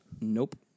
nope